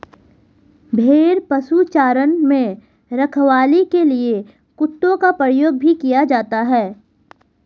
भेड़ पशुचारण में रखवाली के लिए कुत्तों का प्रयोग भी किया जाता है